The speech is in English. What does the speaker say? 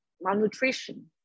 malnutrition